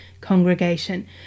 congregation